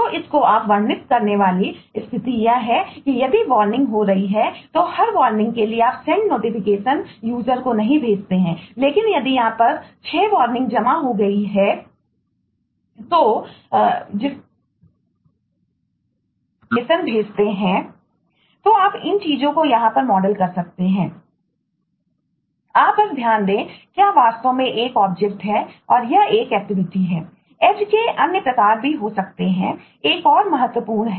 तो इसको वर्णित करने वाली स्थिति यह है कि यदि वार्निंग है